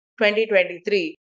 2023